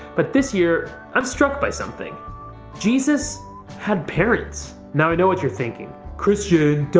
but this year, i'm struck by something jesus had parents. now, i know what you're thinking christian. duh.